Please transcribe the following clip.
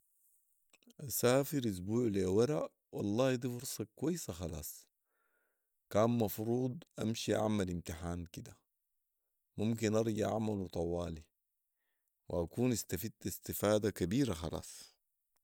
اسافر اسبوع لي ورا والله دي فرصه كويسه خلاص ،كان مفروض امشي اعمل امتحان كده ، ممكن ارجع اعمله طوالي واكون استفدت استفاده كبيره خلاص